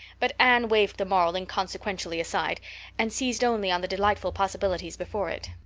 but anne waved the moral inconsequently aside and seized only on the delightful possibilities before it.